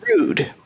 rude